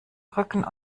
rücken